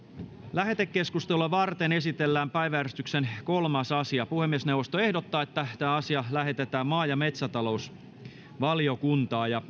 lähetekeskustelua varten esitellään päiväjärjestyksen kolmas asia puhemiesneuvosto ehdottaa että tämä asia lähetetään maa ja metsätalousvaliokuntaan